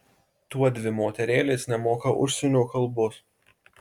tuodvi moterėlės nemoka užsienio kalbos